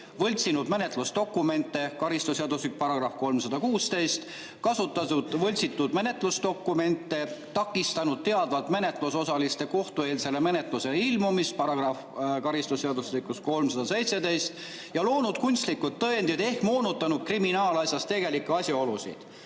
võltsinud menetlusdokumente (karistusseadustik § 316), kasutanud võltsitud menetlusdokumente, takistanud teadvalt menetlusosaliste kohtueelsele menetlusele ilmumist (karistusseadustik § 317) ja loonud kunstnikud tõendid ehk moonutanud kriminaalasjas tegelikke asjaolusid,